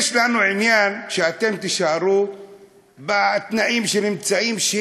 יש לנו עניין שאתם תישארו בתנאים שאתם נמצאים בהם,